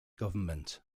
government